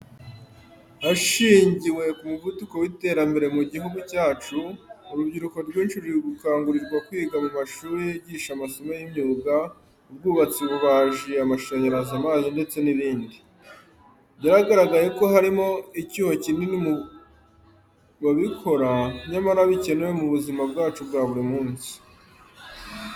Hashingiwe ku muvuduko w’iterambere mu gihugu cyacu, urubyiruko rwinshi ruri gukangurirwa kwiga mu mashuri yigisha amasomo y’imyuga, ubwubatsi, ububaji, amashanyarazi, amazi ndetse n’ibindi. Byagaragaye ko harimo icyuho kinini mu babikora, nyamara bikenewe mu buzima bwacu bwa buri munsi.